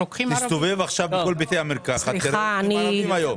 תסתובב עכשיו בכל בתי המרקחת, תראה כמה ערבים יש.